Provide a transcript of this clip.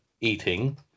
eating